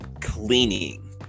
cleaning